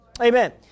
Amen